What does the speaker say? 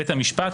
בית המשפט?